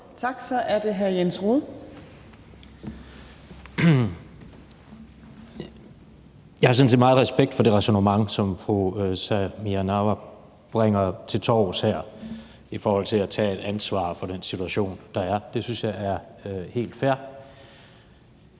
Jens Rohde (KD): Jeg har sådan set meget respekt for det ræsonnement, som fru Samira Nawa her bringer til torvs i forhold til at tage et ansvar for den situation, der er. Det synes jeg er helt fair.